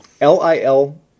L-I-L